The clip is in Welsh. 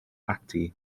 ati